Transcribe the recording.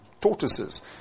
tortoises